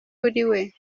uriwe